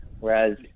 Whereas